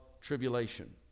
tribulation